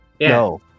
No